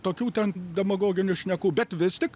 tokių ten demagoginių šnekų bet vis tik